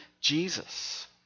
Jesus